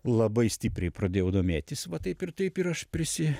labai stipriai pradėjau domėtis va taip ir taip ir aš prisi